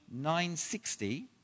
960